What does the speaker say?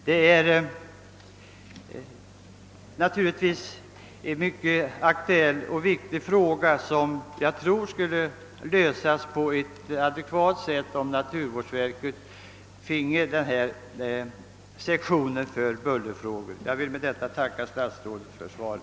Detta är ett mycket aktuellt och väsentligt problem, som enligt min mening skulle lösas på ett adekvat sätt, om naturvårdsverket finge den önskade sektionen för bullerfrågor. Herr talman! Jag vill än en gång tacka statsrådet för svaret.